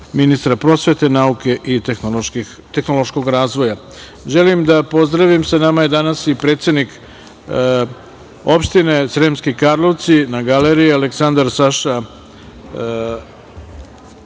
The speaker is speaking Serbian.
ministra prosvete, nauke i tehnološkog razvoja. Želim da pozdravim, sa nama je danas i predsednik opštine Sremski Karlovci na Galeriji Aleksandar Saša